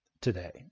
today